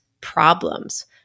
problems